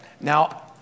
Now